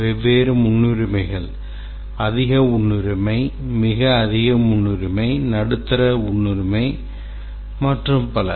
வெவ்வேறு முன்னுரிமைகள் அதிக முன்னுரிமை மிக அதிக முன்னுரிமை நடுத்தர முன்னுரிமை மற்றும் பல